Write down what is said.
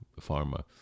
pharma